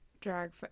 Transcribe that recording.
Drag